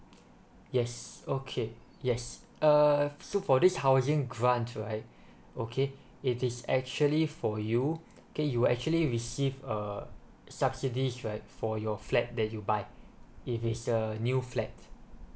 yes okay yes uh so for this housing grant right okay it is actually for you okay you actually receive a subsidies right for your flat that you buy if is a new flat